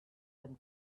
them